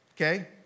okay